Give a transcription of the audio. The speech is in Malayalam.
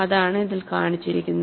അതാണ് ഇതിൽ കാണിച്ചിരിക്കുന്നത്